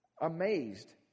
amazed